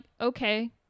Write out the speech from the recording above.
okay